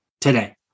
today